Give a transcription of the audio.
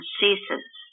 ceases